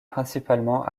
principalement